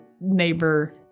neighbor